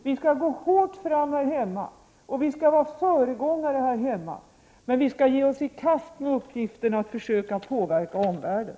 Vi skall gå hårt fram här hemma och vara föregångare, men vi skall också ge oss i kast med uppgiften att försöka 43 påverka omvärlden.